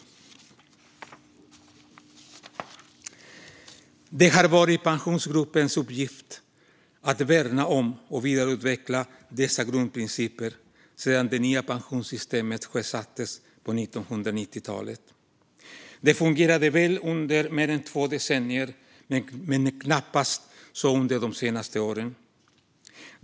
Det har varit Pensionsgruppens uppgift att värna om och vidareutveckla dessa grundprinciper sedan det nya pensionssystemet sjösattes på 1990-talet. Det fungerade väl under mer än två decennier men har knappast gjort så under de senaste åren.